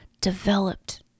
developed